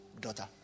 daughter